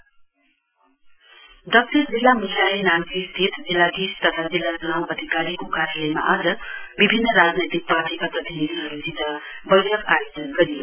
south D C meeting दक्षिण जिल्ला म्ख्यालय नाम्ची स्थित जिल्लाधीश तथा जिल्ला च्नाउ अधिकारीको कार्यालयमा आज विभिन्न राजनैतिक पार्टीका प्रतिनिधिहरूसित बैठक आयोजन गरियो